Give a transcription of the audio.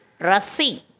Rasi